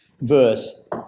verse